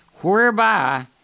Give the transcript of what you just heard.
whereby